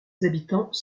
habitants